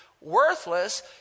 worthless